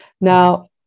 Now